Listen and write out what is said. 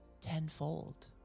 tenfold